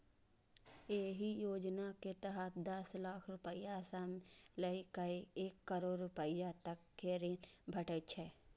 एहि योजना के तहत दस लाख रुपैया सं लए कए एक करोड़ रुपैया तक के ऋण भेटै छै